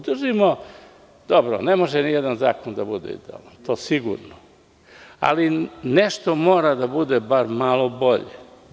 Dobro, ne može ni jedan zakon da bude idealan, to je sigurno, ali nešto mora da bude bar malo bolje.